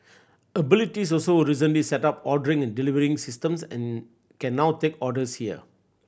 abilities also recently set up ordering and delivery systems and can now take orders here